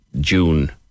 June